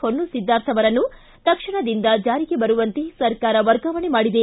ಹೊನ್ನುಸಿದ್ದಾರ್ಥ ಅವರನ್ನು ತಕ್ಷಣದಿಂದ ಜಾರಿಗೆ ಬರುವಂತೆ ಸರ್ಕಾರ ವರ್ಗಾವಣೆ ಮಾಡಿದೆ